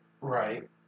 Right